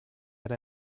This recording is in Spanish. era